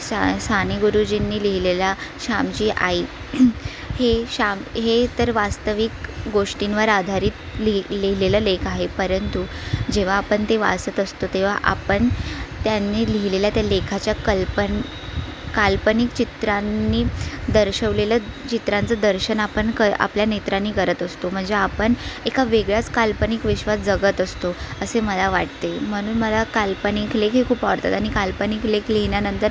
सा साने गुरुजींनी लिहिलेल्या श्यामची आई हे श्याम हे तर वास्तविक गोष्टींवर आधारित लिही लिहिलेलं लेख आहे परंतु जेव्हा आपण ते वाचत असतो तेव्हा आपण त्यांनी लिहिलेल्या त्या लेखाच्या कल्पन काल्पनिक चित्रांनी दर्शवलेलं चित्रांचं दर्शन आपण क आपल्या नेत्रानी करत असतो म्हणजे आपण एका वेगळ्याच काल्पनिक विश्वात जगत असतो असे मला वाटते म्हणून मला काल्पनिक लेख हे खूप आवडतात आणि काल्पनिक लेख लिहिल्यानंतर